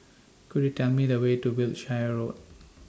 Could YOU Tell Me The Way to Wiltshire Road